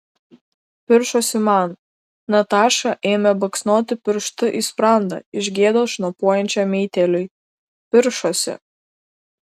piršosi man nataša ėmė baksnoti pirštu į sprandą iš gėdos šnopuojančiam meitėliui piršosi